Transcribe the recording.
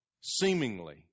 seemingly